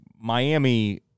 Miami